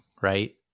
right